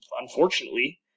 unfortunately